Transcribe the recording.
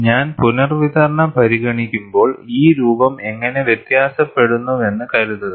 ഞാൻ പുനർവിതരണം പരിഗണിക്കുമ്പോൾ ഈ രൂപം എങ്ങനെ വ്യത്യാസപ്പെടുന്നുവെന്ന് കരുതുക